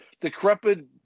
decrepit –